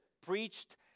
preached